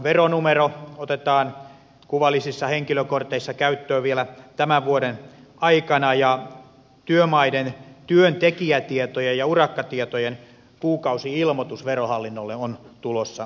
veronumero otetaan kuvallisissa henkilökorteissa käyttöön vielä tämän vuoden aikana ja työmaiden työntekijätietojen ja urakkatietojen kuukausi ilmoitus verohallinnolle on tulossa voimaan